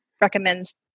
recommends